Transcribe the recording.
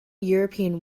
european